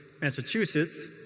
Massachusetts